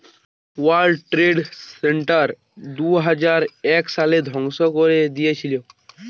world trade center দুইহাজার এক সালে ধ্বংস করে দিয়েছিলো